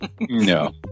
No